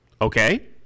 Okay